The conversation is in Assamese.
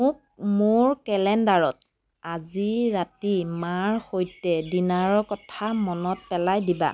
মোক মোৰ কেলেণ্ডাৰত আজি ৰাতি মাৰ সৈতে ডিনাৰৰ কথা মনত পেলাই দিবা